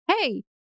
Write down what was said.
hey